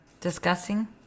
discussing